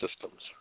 systems